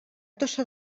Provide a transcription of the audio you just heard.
tossa